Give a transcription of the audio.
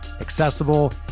accessible